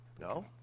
No